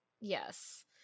Yes